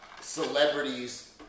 celebrities